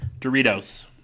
Doritos